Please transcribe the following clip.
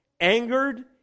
angered